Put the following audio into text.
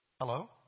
Hello